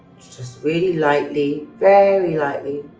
just really lightly, very lightly.